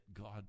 God